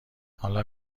حال